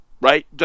right